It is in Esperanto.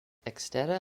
ekstera